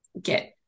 get